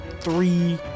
three